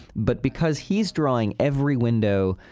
but because he's drawing every window,